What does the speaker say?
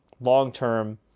long-term